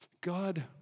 God